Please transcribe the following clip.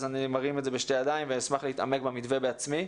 אז אני מרים את זה בשתי ידיים ואשמח להתעמק במתווה בעצמי.